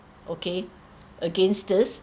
okay against this